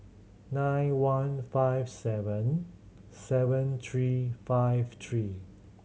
nine one five seven seven three five three